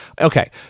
Okay